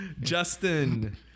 Justin